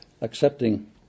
accepting